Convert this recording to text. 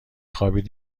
خوابید